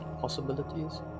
possibilities